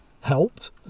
helped